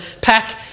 pack